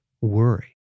worry